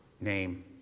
name